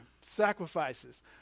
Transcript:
sacrifices